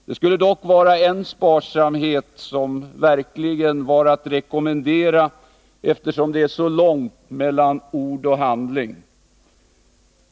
Det skulle dock vara en sparsamhet, som verkligen vore att rekommendera, eftersom det är så långt mellan ord och handling.